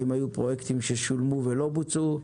האם היו פרויקטים ששולמו ולא בוצעו.